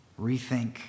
rethink